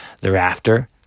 thereafter